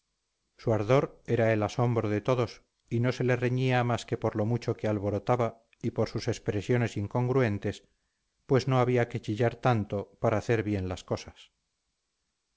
su ardor era el asombro de todos y no se le reñía más que por lo mucho que alborotaba y por sus expresiones incongruentes pues no había que chillar tanto para hacer bien las cosas